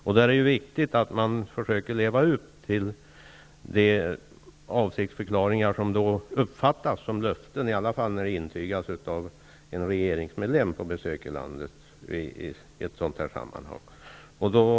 Därför är det viktigt att man försöker leva upp till avsiktsförklaringar som uppfattas som löften -- i varje fall när det gäller avsiktsförklaringar som intygas av en regeringsmedlem från annat land som i ett sådant här sammanhang är på besök i vårt land.